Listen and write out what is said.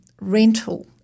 rental